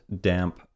damp